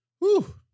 Woo